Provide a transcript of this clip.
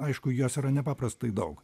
aišku jos yra nepaprastai daug